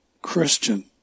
Christian